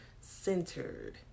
centered